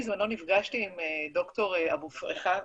בזמנו אני נפגשתי עם ד"ר אבו-פריחה,